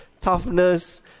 toughness